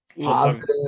positive